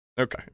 Okay